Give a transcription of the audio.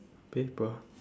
paper